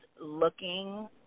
Looking